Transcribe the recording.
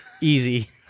Easy